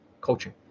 coaching